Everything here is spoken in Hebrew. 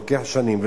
לוקח שנים.